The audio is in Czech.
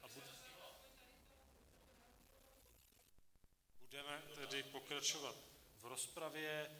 A budeme tedy pokračovat v rozpravě.